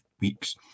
weeks